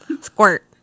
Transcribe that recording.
Squirt